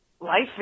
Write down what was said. life